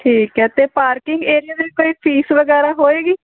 ਠੀਕ ਹੈ ਅਤੇ ਪਾਰਕਿੰਗ ਏਰੀਆ ਦੀ ਵੀ ਕੋਈ ਫੀਸ ਵਗੈਰਾ ਹੋਏਗੀ